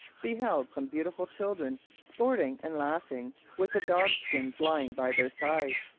beheld some beautiful children sporting and laughing, with the dog-skins lying by their side.